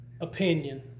opinion